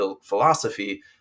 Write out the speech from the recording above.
philosophy